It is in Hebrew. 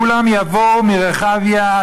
כולם יבואו מרחביה,